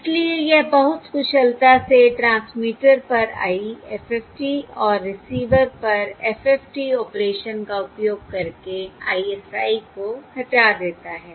इसलिए यह बहुत कुशलता से ट्रांसमीटर पर IFFT और रिसीवर पर FFT ऑपरेशन का उपयोग करके ISI को हटा देता है